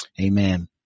Amen